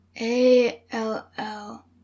A-L-L